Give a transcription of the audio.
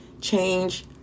change